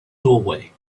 doorway